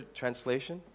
translation